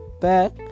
back